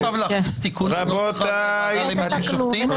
אתם --- להכניס תיקון --- לוועדה למינוי שופטים?